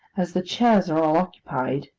as the chairs are all occupied,